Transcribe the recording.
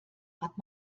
hat